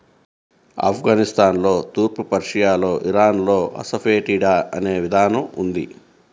ఆఫ్ఘనిస్తాన్లో, తూర్పు పర్షియాలో, ఇరాన్లో అసఫెటిడా అనే విధానం ఉంది